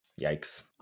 Yikes